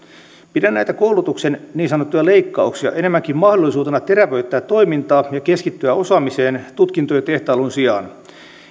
pidän näitä koulutuksen niin sanottuja leikkauksia enemmänkin mahdollisuutena terävöittää toimintaa ja keskittyä osaamiseen tutkintojen tehtailun sijaan